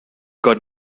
got